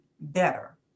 better